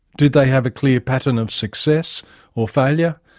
did they have a clear pattern of success or failure?